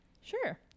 Sure